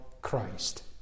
Christ